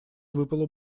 выпала